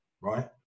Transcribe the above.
right